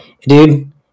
Dude